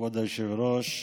כבוד היושב-ראש,